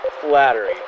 flattery